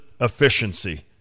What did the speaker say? efficiency